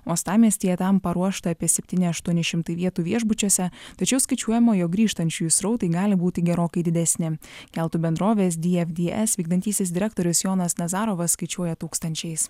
uostamiestyje tam paruošta apie septyni aštuoni šimtai vietų viešbučiuose tačiau skaičiuojama jog grįžtančiųjų srautai gali būti gerokai didesni keltų bendrovės dfds vykdantysis direktorius jonas nazarovas skaičiuoja tūkstančiais